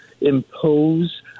impose